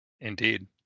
Indeed